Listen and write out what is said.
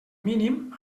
mínim